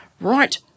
right